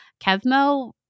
Kevmo